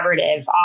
collaborative